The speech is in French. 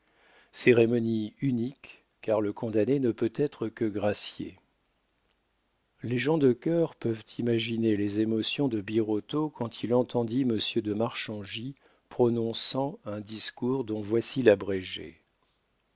cérémonie unique car le condamné ne peut être que gracié les gens de cœur peuvent imaginer les émotions de birotteau quand il entendit monsieur marchangy prononçant un discours dont voici l'abrégé